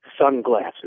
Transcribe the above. sunglasses